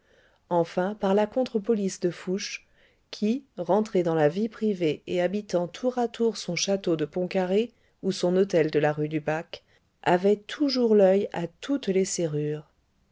enfin par la contre police de fouché qui rentré dans la vie privée et habitant tour à tour son château de pont carré ou son hôtel de la rue du bac avait toujours l'oeil à toutes les serrures